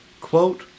Quote